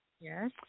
Yes